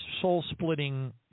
soul-splitting